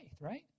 right